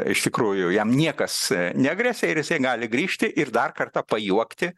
iš tikrųjų jam niekas negresia ir jisai gali grįžti ir dar kartą pajuokti